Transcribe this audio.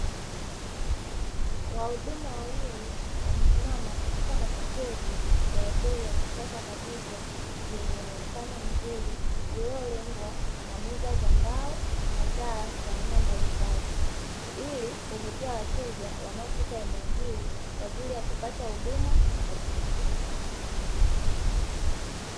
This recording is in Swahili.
Wahudumu wawili wamesimama katika mapokezi ya hoteli ya kisasa kabisa; yenye maonekano mzuri, iliyorembwa na meza za mbao na taa za aina mbalimbali, ili kuvutia wateja wanaofika eneo hili kwa ajili ya kupata huduma na kupumzika.